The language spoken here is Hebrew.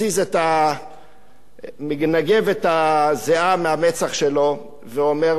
מנגב את הזיעה מהמצח שלו ואומר לו: תשמע,